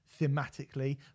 thematically